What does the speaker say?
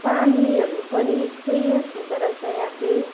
पानीहरू पनि फ्रेस हुँदोरहेछ यहाँ चाहिँ